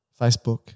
Facebook